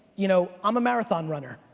you know i'm a marathon runner.